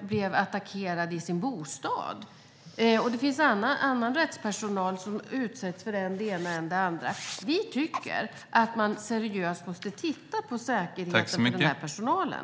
blev attackerad i sin bostad, och det finns annan rättspersonal som utsätts för än det ena, än det andra. Vi tycker att man seriöst måste titta på säkerheten för den här personalen.